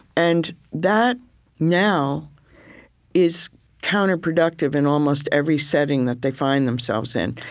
and that now is counterproductive in almost every setting that they find themselves in.